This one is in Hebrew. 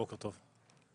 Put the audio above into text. בוקר טוב,